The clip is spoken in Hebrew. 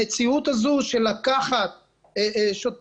המציאות הזו של לקחת שוטרים,